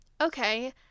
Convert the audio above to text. okay